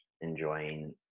enjoying